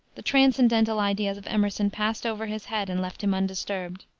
the transcendental ideas of emerson passed over his head and left him undisturbed.